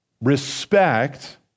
respect